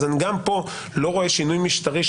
אז גם פה אני לא רואה שינוי משטרי,